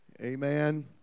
amen